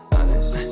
Honest